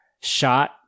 shot